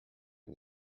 ein